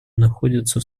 находятся